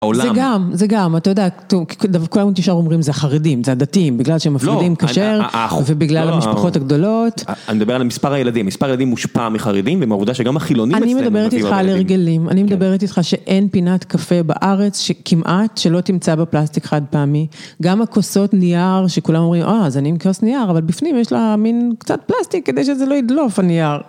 זה גם, זה גם, אתה יודע, כולם ישר אומרים זה החרדים, זה הדתיים, בגלל שהם מפרידים כשר, ובגלל המשפחות הגדולות. אני מדבר על מספר הילדים, מספר הילדים מושפע מחרדים, ומהעובדה שגם החילונים... אני מדברת איתך על הרגלים, אני מדברת איתך שאין פינת קפה בארץ, שכמעט שלא תמצא בפלסטיק חד פעמי, גם הכוסות נייר, שכולם אומרים, אה, אז אני עם כוס נייר, אבל בפנים יש לה מין קצת פלסטיק, כדי שזה לא ידלוף על נייר.